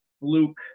luke